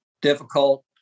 difficult